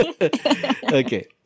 Okay